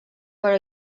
però